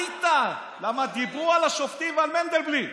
עלית: למה דיברו על השופטים ועל מנדלבליט.